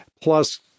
plus